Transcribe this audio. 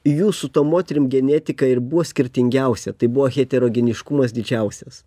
jūsų to moterim genetika ir buvo skirtingiausia tai buvo heterogeniškumas didžiausias